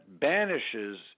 banishes